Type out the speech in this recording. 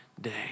day